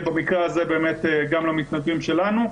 ובמקרה הזה באמת גם למתנדבים שלנו.